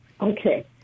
Okay